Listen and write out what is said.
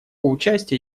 участия